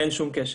אין שום קשר.